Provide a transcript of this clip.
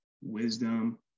wisdom